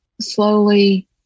slowly